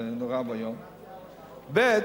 נורא ואיום, ב.